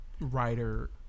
writer